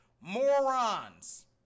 Morons